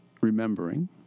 Remembering